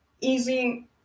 easy